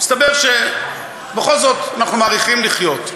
אבל מסתבר שבכל זאת אנחנו מאריכים לחיות.